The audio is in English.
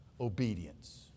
obedience